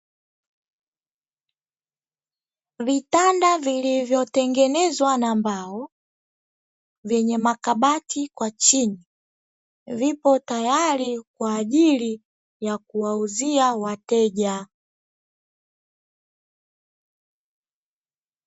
Vitanda vilivyotengenezwa na mbao vyenye makabati kwa chini vipo tayari kwa ajili ya kuwauzia wateja.